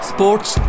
Sports